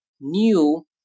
new